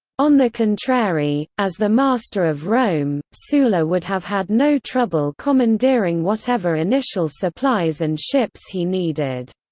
on the contrary, as the master of rome, sulla would have had no trouble commandeering whatever initial supplies and ships he needed.